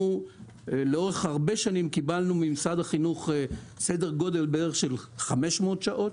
לאורך הרבה שנים קיבלנו ממשרד החינוך כ-500 שעות,